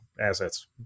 assets